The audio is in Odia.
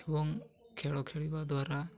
ଏବଂ ଖେଳ ଖେଳିବା ଦ୍ୱାରା